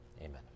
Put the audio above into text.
Amen